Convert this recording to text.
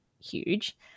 huge